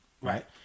right